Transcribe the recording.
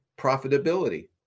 profitability